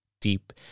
deep